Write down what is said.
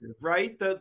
right